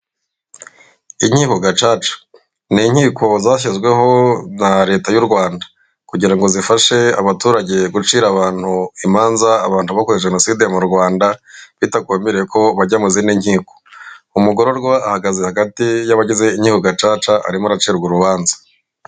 Inkiko gacaca, ni inkiko zashyizweho na leta y'u Rwanda kugira ngo zifashe abaturage gucira abantu imanza, abantu bakoze jenoside mu Rwanda, bitagombereye ko bajya mu zindi nkiko. Umugororwa ahagaze hagati y'abagize inkiko gacaca, arimo aracirwa urubanza.